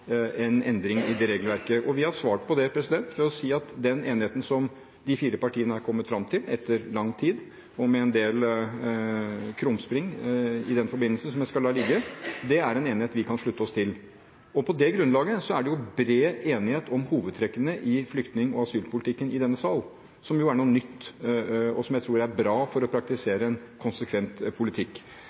en endring i regelverket. Vi har svart på det ved å si at den enigheten som de fire partiene har kommet fram til – etter lang tid og med en del krumspring i den forbindelse, som jeg skal la ligge – er en enighet vi kan slutte oss til. På det grunnlaget er det bred enighet om hovedtrekkene i flyktning- og asylpolitikken i denne sal, som jo er noe nytt, og som jeg tror er bra for å praktisere en konsekvent politikk.